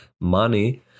money